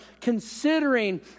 considering